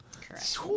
Correct